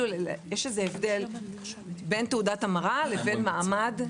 יש איזה הבדל בין תעודת המרה לבין מעמד.